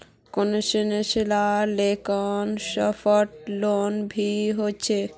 concessional लोनक soft loan भी कह छे